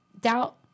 doubt